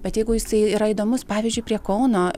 bet jeigu jisai yra įdomus pavyzdžiui prie kauno